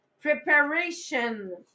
preparation